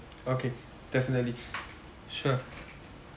okay definitely sure